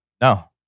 No